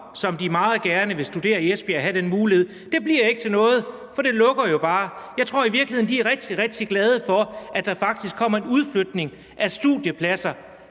som de meget gerne vil studere i Esbjerg og have muligheden for, ikke bliver til noget, for det lukker jo bare. Jeg tror i virkeligheden, at de er rigtig, rigtig glade for, at der faktisk kommer en udflytning af studiepladser